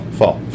fall